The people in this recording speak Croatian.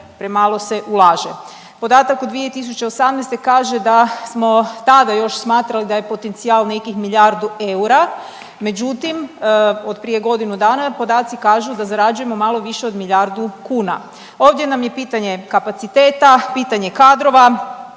premalo se ulaže. Podatak u 2018. kaže da smo tada još smatrali da je potencijal nekih milijardu eura, međutim od prije godinu dana podaci kažu da zarađujemo malo više od milijardu kuna. Ovdje nam je pitanje kapaciteta, pitanje kadrova,